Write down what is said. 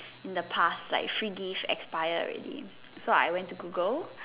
in the past like free gift expire already so I went to Google